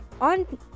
on